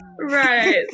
Right